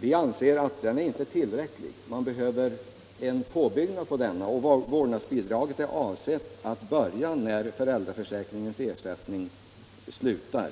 Vi anser att den inte är tillräcklig. Där behövs en påbyggnad, och vårdnadsbidraget är avsett att börja när ersättningen från föräldraförsäkringen upphör.